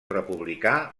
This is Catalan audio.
republicà